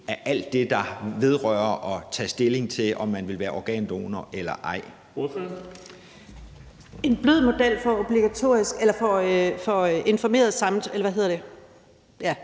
af alt det, der vedrører at tage stilling til, om man vil være organdonor eller ej. Kl. 15:54 Den fg. formand